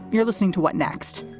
you're listening to what next?